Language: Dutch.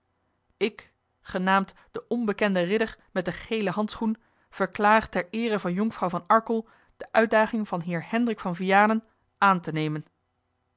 ik genaamd de onbekende ridder met de gele handschoen verklaar ter eere van jonkvrouw van arkel de uitdaging van heer hendrik van vianen aan te nemen